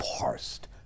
parsed